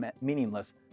meaningless